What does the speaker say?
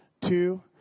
Two